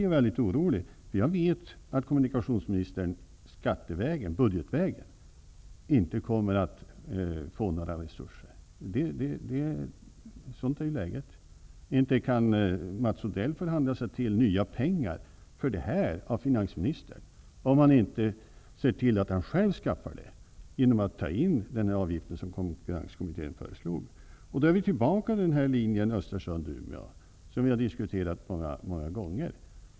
Jag vet att kommunikationsministern inte kommer att få några resurser budgetvägen. Sådant är läget. Inte kan Mats Odell förhandla sig till nya pengar för det här från finansministern, om han inte ser till att skaffa dem själv genom att ta in den avgift som Då är vi tillbaka till frågan om linjen Östersund-- Umeå, som vi har diskuterat många gånger.